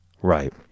Right